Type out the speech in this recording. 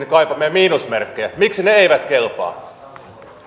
kaipaamia miinusmerkkejä miksi ne eivät kelpaa